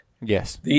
Yes